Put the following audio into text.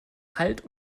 halt